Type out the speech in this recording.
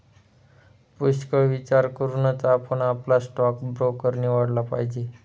पुष्कळ विचार करूनच आपण आपला स्टॉक ब्रोकर निवडला पाहिजे